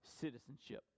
citizenship